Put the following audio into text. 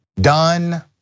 done